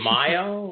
Mayo